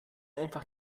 einfach